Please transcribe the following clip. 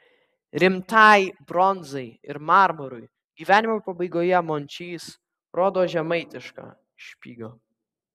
rimtai bronzai ir marmurui gyvenimo pabaigoje mončys rodo žemaitišką špygą